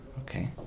Okay